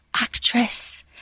actress